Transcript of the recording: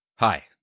Hi